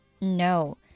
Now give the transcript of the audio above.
No